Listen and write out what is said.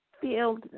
field